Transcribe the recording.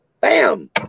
Bam